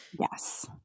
Yes